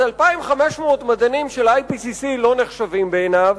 אז 2,500 מדענים של IPCC לא נחשבים בעיניו,